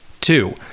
two